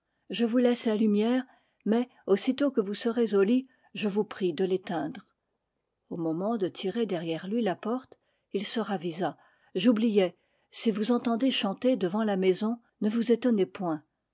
je vous laisse la lumière mais aussitôt que vous serez au lit je vous prie de l'éteindre au moment de tirer derrière lui la porte il se ravisa j'oubliais si vous entendez chanter devant la maison ne vous étonnez point